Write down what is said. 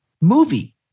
movie